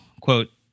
quote